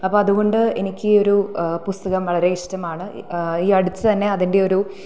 അപ്പം അതുകൊണ്ട് എനിക്കീ ഒരു പുസ്തകം വളരെ ഇഷ്ടമാണ് ഈ അടുത്തു തന്നെ അതിൻ്റെ ഒരു